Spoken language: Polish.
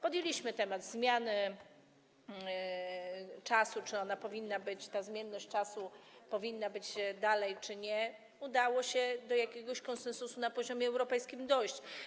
Podjęliśmy temat zmiany czasu, czy ona powinna być, czy ta zmienność czasu powinna być dalej, czy nie, i udało się do jakiegoś konsensusu na poziomie europejskim dojść.